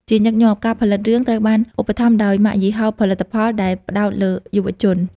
ជាញឹកញាប់ ការផលិតរឿង ត្រូវបានឧបត្ថម្ភដោយម៉ាកយីហោផលិតផលដែលផ្តោតលើយុវជន។